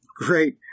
Great